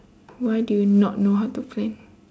why do you not know how to plan